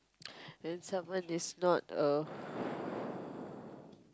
then someone is not a